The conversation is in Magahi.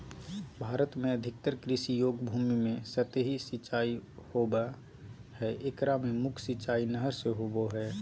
भारत में अधिकतर कृषि योग्य भूमि में सतही सिंचाई होवअ हई एकरा मे मुख्य सिंचाई नहर से होबो हई